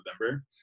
November